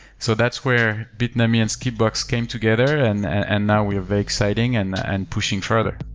so that's where bitnami and skipbox came together and and now we're very exciting and and pushing further.